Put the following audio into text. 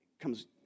comes